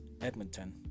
Edmonton